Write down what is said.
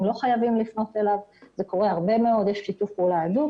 לא חייבים לפנות אליו וזה קורה הרבה מאוד ויש שיתוף פעולה הדוק